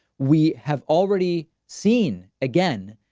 we have already seen, again,